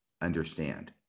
understand